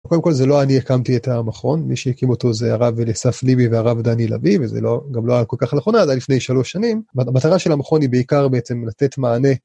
קודם כל זה לא אני הקמתי את המכון, מי שהקים אותו זה הרב אליסף ליבי והרב דני לביא וזה לא גם לא היה כל כך לאחרונה, זה היה לפני שלוש שנים אבל המטרה של המכון היא בעיקר בעצם לתת מענה.